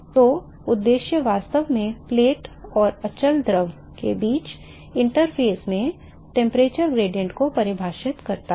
तो उद्देश्य वास्तव में प्लेट और अचल द्रव के बीच inter phase में तापमान प्रवणता को परिभाषित करता है